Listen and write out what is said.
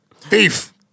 thief